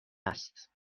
است